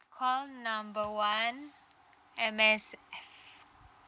call number one M_S_F